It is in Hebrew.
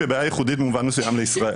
זו בעיה ייחודית במובן מסוים לישראל?